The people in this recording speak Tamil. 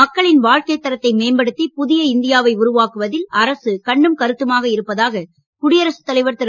மக்களின் வாழ்க்கை தரத்தை மேம்படுத்தி புதிய இந்தியாவை உருவாக்குவதில் அரசு கண்ணும் கருத்துமாக இருப்பதாக குடியரசுத் தலைவர் திரு